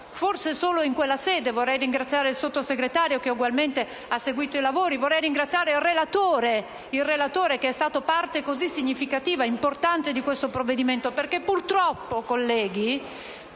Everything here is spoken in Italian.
forse solo in quella sede, vorrei ringraziare il Sottosegretario, che ugualmente ha seguito i lavori, e vorrei ringraziare il relatore, che è stato parte così significativa ed importante di questo provvedimento. Purtroppo infatti,